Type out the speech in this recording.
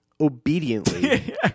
Obediently